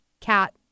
cat